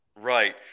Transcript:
right